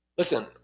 Listen